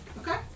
Okay